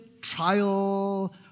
trial